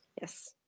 Yes